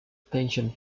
attention